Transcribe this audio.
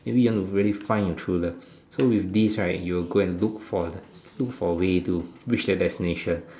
maybe you want to really find your true love so with this right you will go and look for the look for way to reach the destination